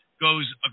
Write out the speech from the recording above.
goes